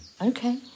Okay